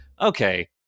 okay